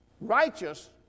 righteous